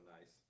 nice